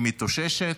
היא מתאוששת,